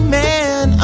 man